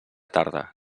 tarda